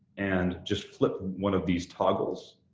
and just flip one of these toggles.